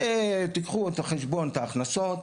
זה תיקחו בחשבון את ההכנסות,